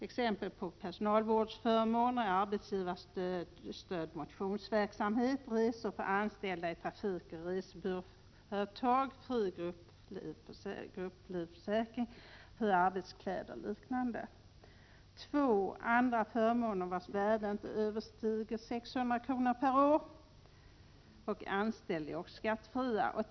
Exempel på personalvårdsförmåner är arbetsgivarstödd motionsverksamhet, resor för anställda i trafikoch resebyråföretag, fri grupplivförsäkring, fria arbetskläder och liknande. 2. Andra förmåner vars värde inte överstiger 600 kr. per år och anställd är också skattefria.